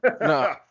no